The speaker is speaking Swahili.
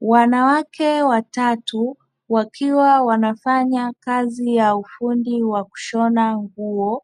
Wanawake watatu wakiwa wanafanya kazi ya ufundi wa kushona nguo,